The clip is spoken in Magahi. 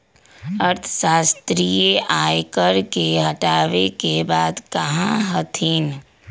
अर्थशास्त्री आय कर के हटावे के बात कहा हथिन